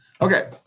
Okay